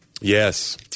Yes